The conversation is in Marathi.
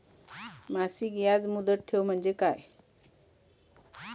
मासिक याज मुदत ठेव म्हणजे काय?